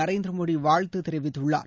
நரேந்திரமோடிவாழ்த்துத் தெரிவித்துள்ளார்